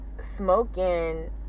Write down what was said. smoking